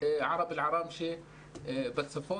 ערב אל עראמשה בצפון.